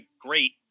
great